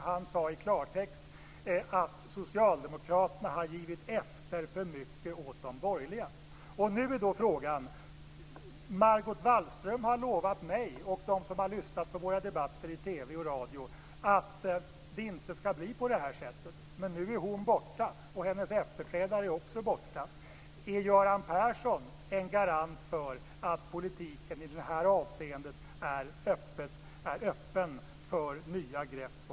Han sade i klartext att socialdemokraterna har givit efter för mycket för de borgerliga. Nu är då frågan: Margot Wallström har lovat mig och dem som har lyssnat på våra debatter i TV och radio att det inte skall bli på det här sättet. Men nu är hon borta, och hennes efterträdare är också borta. Är Göran Persson en garant för att politiken i det här avseendet är öppen för nya grepp och för förnyelse?